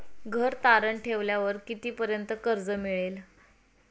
घर तारण ठेवल्यावर कितीपर्यंत कर्ज मिळेल?